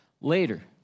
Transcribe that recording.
Later